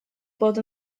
bod